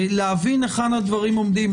להבין היכן הדברים עומדים,